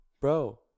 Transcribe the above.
bro